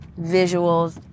visuals